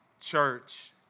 church